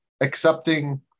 accepting